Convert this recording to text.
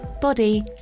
body